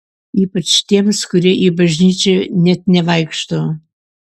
ypač tiems kurie į bažnyčią net nevaikšto